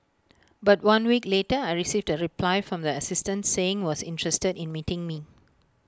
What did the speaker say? but one week later I received A reply from the assistant saying was interested in meeting me